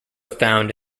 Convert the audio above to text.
found